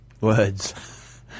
Words